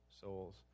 souls